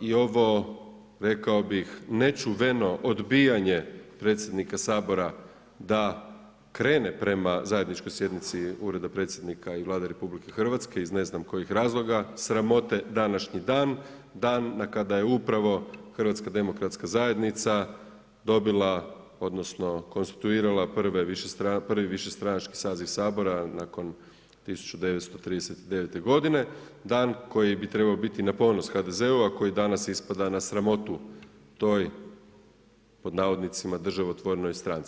i ovo rekao bih, nečuveno odbijanje predsjednika Sabora da krene prema zajedničkoj sjednici Ureda predsjednika i Vlade RH iz ne znam kojih razloga, sramote današnji dan, dan na kada je upravo HDZ dobila odnosno konstituirala prvi višestranački saziv Sabora nakon 1939. godine, dan koji bi trebao biti na ponos HDZ-u, a koji danas ispada na sramotu toj pod navodnicima, „državotvornoj stranci“